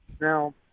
Now